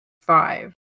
five